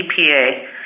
EPA